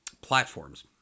platforms